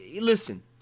Listen